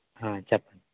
చెప